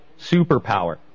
superpower